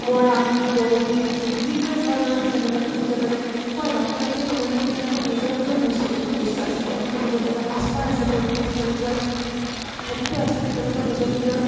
মৰাণ বড়ো বিভিন্ন ধৰণৰ জনজাতি জনজাতি আমি পোৱা যাওঁ আৰু সেই জনজাতিবিলাকৰ নিজৰ নিজৰ সাংস্কৃতিক বৈশিষ্ট্য আছে তেওঁলোকৰ নিজৰ নিজৰ সাজ পাৰ আছে তেওঁলোকৰ নিজৰ নিজৰ খাদ্য আছে তেওঁলোকৰ নিজৰ নিজৰ